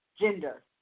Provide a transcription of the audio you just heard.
gender